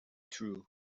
true